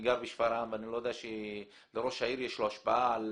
אני גר בשפרעם ואני לא יודע אם לראש העיר יש השפעה על